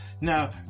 Now